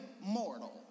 mortal